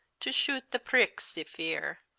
to shoote the prickes y-fere.